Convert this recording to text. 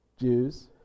Jews